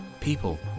people